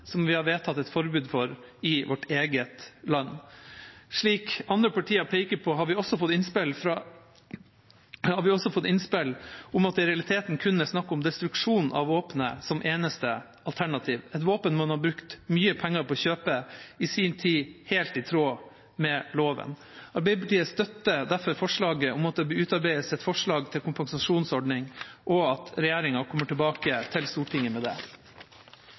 Slik andre partier peker på, har også vi fått innspill om at det i realiteten kun er snakk om destruksjon av våpenet som eneste alternativ – et våpen man i sin tid, helt i tråd med loven, har brukt mye penger på å kjøpe. Arbeiderpartiet støtter derfor forslaget om at det utarbeides et forslag til en kompensasjonsordning, og at regjeringa kommer tilbake til Stortinget med det.